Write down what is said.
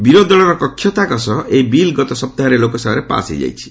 ବିରୋଧି ଦଳର କକ୍ଷତ୍ୟାଗ ସହ ଏହି ବିଲ୍ ଗତ ସପ୍ତାହରେ ଲୋକସଭାରେ ପାଶ୍ ହୋଇଯାଇଛି